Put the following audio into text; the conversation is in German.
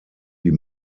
die